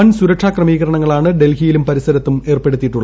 വൻ സുരക്ഷാ ക്രമീകരണങ്ങളാണ് ഡൽഹിയിലും പരിസരത്തും ഏർപ്പെടുത്തിയിട്ടുള്ളത്